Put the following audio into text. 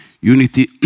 Unity